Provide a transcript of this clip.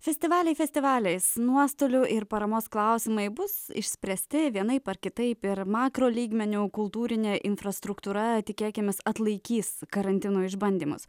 festivaliai festivaliais nuostolių ir paramos klausimai bus išspręsti vienaip ar kitaip ir makro lygmeniu o kultūrinė infrastruktūra tikėkimės atlaikys karantino išbandymus